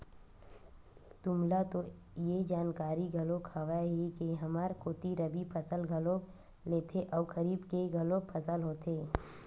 तुमला तो ये जानकारी घलोक हावे ही के हमर कोती रबि फसल घलोक लेथे अउ खरीफ के घलोक फसल होथे